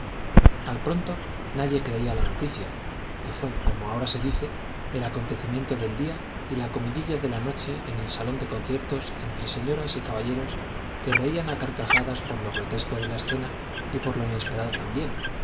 al pronto nadie creía la noticia que fué como ahora se dice el acontecimiento del día la comidilla de la noche y en el salón de conciertos entre señoras y caballeros que reían á carcajadas por lo la escena grotesco de y por lo inesperado también